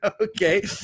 Okay